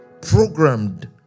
programmed